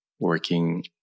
working